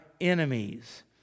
enemies